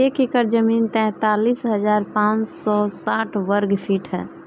एक एकड़ जमीन तैंतालीस हजार पांच सौ साठ वर्ग फुट ह